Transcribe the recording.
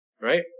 right